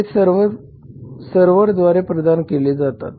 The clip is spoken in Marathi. हे सर्व्हरद्वारे प्रदान केले जातात